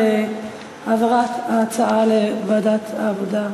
על העברת ההצעה לוועדת העבודה,